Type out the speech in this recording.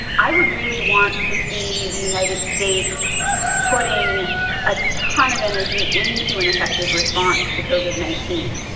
i would really want to see the united states putting a ton of energy into an effective response to cauvin nineteen.